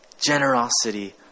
generosity